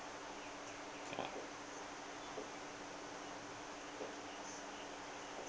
uh